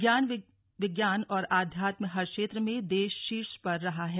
ज्ञान विज्ञान और आध्यात्म हर क्षेत्र में देश शीर्ष पर रहा है